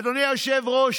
אדוני היושב-ראש,